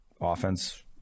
offense